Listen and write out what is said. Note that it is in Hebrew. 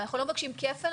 ואנחנו לא מבקשים כפל,